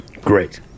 Great